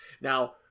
Now